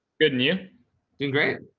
good. and you doing great.